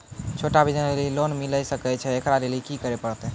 छोटा बिज़नस लेली लोन मिले सकय छै? एकरा लेली की करै परतै